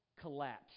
collapse